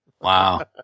Wow